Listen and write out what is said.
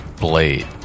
blade